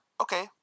okay